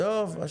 בסדר.